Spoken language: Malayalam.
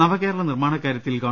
നവകേരള നിർമാണ കാര്യത്തിൽ ഗവ